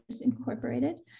incorporated